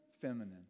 feminine